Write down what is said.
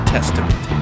Testament